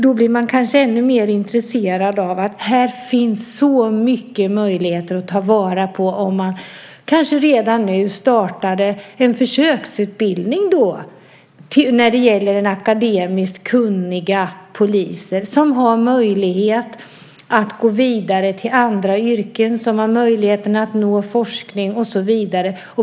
Då blir man kanske ännu mer intresserad av att det finns så många möjligheter att ta vara på om man kanske redan nu kunde starta en försöksutbildning för akademiskt kunniga poliser som har möjlighet att gå vidare till andra yrken, möjlighet att nå forskning och så vidare.